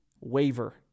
waver